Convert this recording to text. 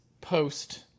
post-